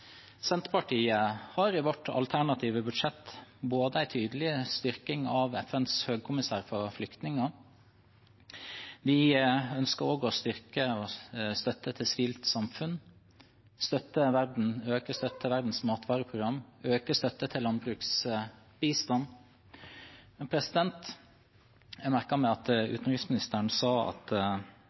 Senterpartiet har i sitt alternative budsjett en tydelig styrking av FNs høykommissær for flyktninger. Vi ønsker også å styrke støtten til sivilt samfunn, øke støtten til Verdens matvareprogram og øke støtten til landbruksbistand. Jeg merket meg at utenriksministeren sa at